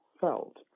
felt